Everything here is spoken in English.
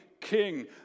King